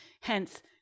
hence